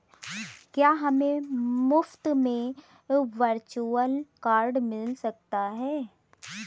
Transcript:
क्या हमें मुफ़्त में वर्चुअल कार्ड मिल सकता है?